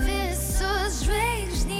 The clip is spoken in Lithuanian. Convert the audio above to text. visos žvaigždės